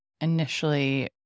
initially